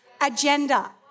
agenda